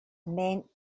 meant